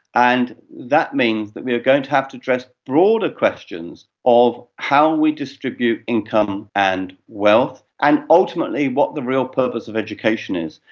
and that means that we are going to have to address broader questions of how we distribute income and wealth, and ultimately what the real purpose of education is.